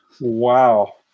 Wow